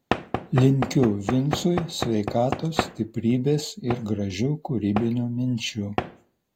linkiu vincui sveikatos stiprybės ir gražių kūrybinių minčių